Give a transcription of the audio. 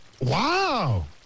Wow